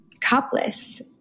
topless